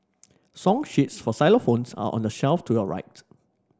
song sheets for xylophones are on the shelf to your rights